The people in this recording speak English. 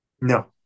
No